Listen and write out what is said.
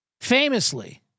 famously